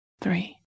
three